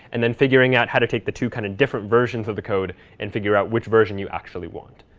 and then figuring out how to take the two kind of different versions of the code and figure out which version you actually want.